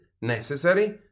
necessary